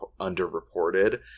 underreported